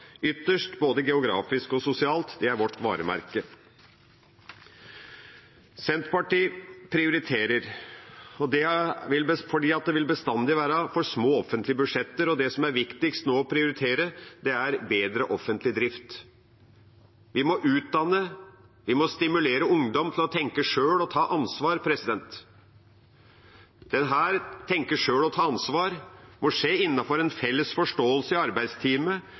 Ytterst, både geografisk og sosialt, er vårt varemerke. Senterpartiet prioriterer. Det er fordi det alltid vil være for små offentlige budsjetter. Det som nå er viktigst å prioritere, er bedre offentlig drift. Vi må utdanne og stimulere ungdom til å tenke sjøl og ta ansvar. Dette – å tenke sjøl og ta ansvar – må skje innenfor en felles forståelse i arbeidsteamet